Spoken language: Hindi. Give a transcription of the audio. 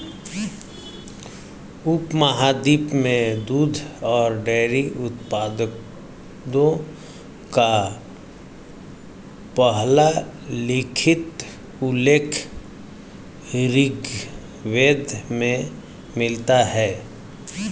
उपमहाद्वीप में दूध और डेयरी उत्पादों का पहला लिखित उल्लेख ऋग्वेद में मिलता है